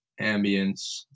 ambience